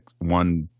one